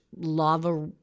lava